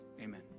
Amen